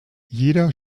jeder